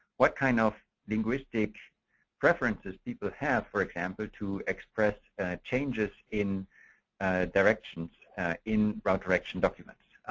what kind of linguistic preferences people have. for example, to express changes in directions in route direction documents.